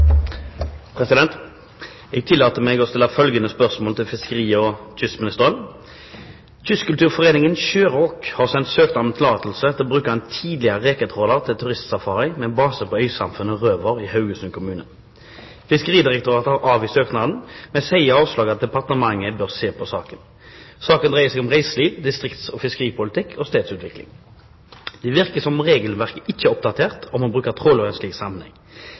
å bruke en tidligere reketråler til turistsafari med base på øysamfunnet Røvær i Haugesund kommune. Fiskeridirektoratet har avvist søknaden, men sier i avslaget at departementet bør se på saken. Saken dreier seg om reiseliv, distrikts- og fiskeripolitikk og stedsutvikling. Det virker som regelverket ikke er oppdatert om å bruke trålere i slik sammenheng. Vil statsråden bidra til at foreningen får drive med turisttråling og oppdatere regelverket?» Departementet og